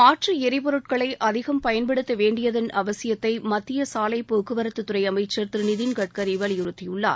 மாற்று எரிபொருட்களை அழிகம் பயன்படுத்த வேண்டியதன் அவசியத்தை மத்திய சாலைப் போக்குவரத்துத்துறை அமைச்சர் திரு நிதின் கட்கரி வலியுறுத்தியுள்ளார்